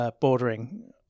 Bordering